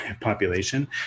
population